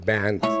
Band